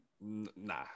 Nah